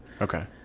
okay